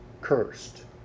cursed